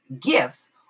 gifts